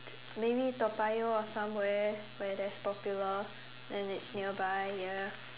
maybe Toa Payoh or somewhere where there's Popular and it's nearby ya